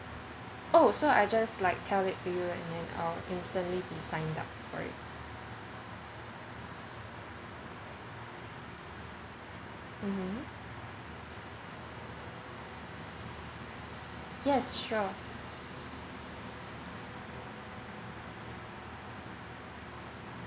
oh so I just like tell it to you and I'll instantly be signed up for it mmhmm yes sure